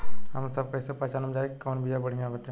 हमनी सभ कईसे पहचानब जाइब की कवन बिया बढ़ियां बाटे?